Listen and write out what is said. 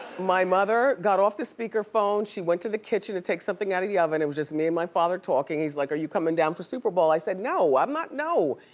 my mother got off the speaker phone. she went to the kitchen to take something out of the oven, it was just me and my father talking. he's like, are you coming down for super bowl? i said, no, i'm not, no!